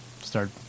start